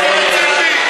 חברת הכנסת מרב מיכאלי,